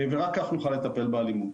ורק כך נוכל לטפל באלימות.